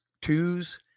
twos